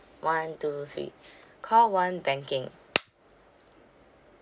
one two three call one banking